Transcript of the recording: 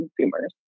consumers